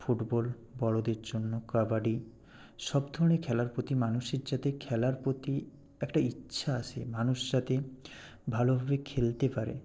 football বড়দের জন্য কাবাডি সব ধরনের খেলার প্রতি মানুষের যাতে খেলার প্রতি একটা ইচ্ছা আসে মানুষ যাতে ভালোভাবে খেলতে পারে